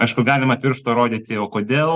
aišku galima pirštu rodyti o kodėl